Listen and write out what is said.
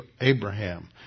Abraham